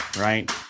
right